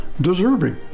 deserving